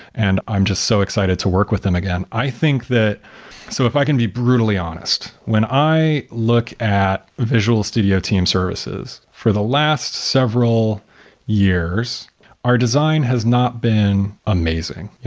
and i'm just so excited to work with them again i think that so if i can be brutally honest, when i look at visual studio team services, for the last several years our design has not been amazing. and